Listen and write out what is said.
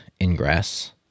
ingress